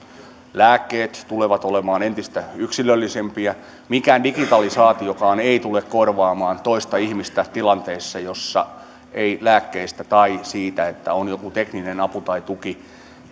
lääkkeet tulevat olemaan entistä yksilöllisempiä mikään digitalisaatiokaan ei tule korvaamaan toista ihmistä tilanteessa jossa ei lääkkeistä tai siitä että on jokin tekninen apu tai tuki